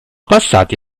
passati